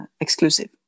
exclusive